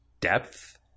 depth